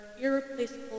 irreplaceable